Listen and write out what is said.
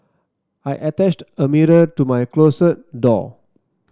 I attached a mirror to my closet door